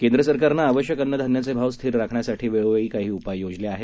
केंद्र सरकारनं आवश्यक अन्न धान्याचे भाव स्थिर राखण्यासाठी वेळोवेळी काही उपाय योजले आहेत